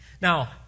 Now